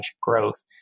growth